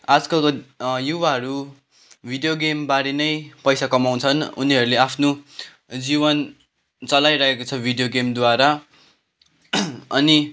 आजकलको युवाहरू भिडियो गेमबारे नै पैसा कमाउँछन् उनीहरूले आफ्नो जीवन चलाइरहेको छ भिडियो गेमद्वारा अनि